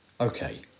Okay